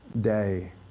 day